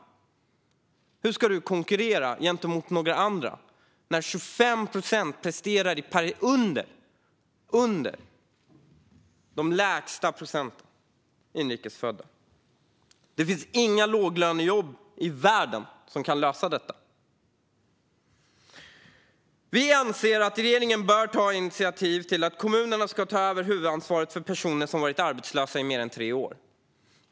Hur ska du kunna konkurrera med andra när 25 procent presterar på en nivå under de lägsta procenten inrikesfödda? Det finns inga låglönejobb i världen som kan lösa detta. Vi anser att regeringen bör ta initiativ till att kommunerna ska ta över huvudansvaret för personer som varit arbetslösa i mer än tre år.